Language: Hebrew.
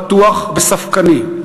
פתוח וספקני.